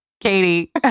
Katie